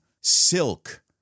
silk